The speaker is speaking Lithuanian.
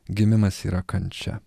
gimimas yra kančia